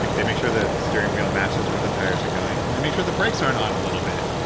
like they make sure that the steering wheel matches where the tires are going and they make sure the brakes aren't on a little bit.